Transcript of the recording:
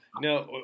no